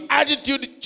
attitude